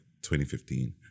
2015